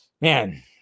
man